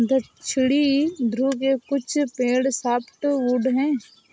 दक्षिणी ध्रुव के कुछ पेड़ सॉफ्टवुड हैं